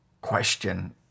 question